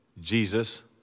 Jesus